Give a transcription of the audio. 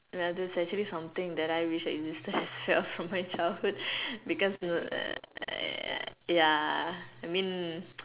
ya there's actually something that I wish that it still existed as well from my childhood because you know ya I mean